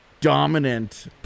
dominant